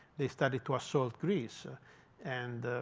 they started to assault greece and